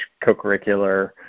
co-curricular